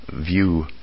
view